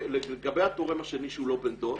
לגבי התורם השני שהוא לא בן דוד,